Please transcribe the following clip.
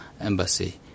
embassy